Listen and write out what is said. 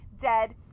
dead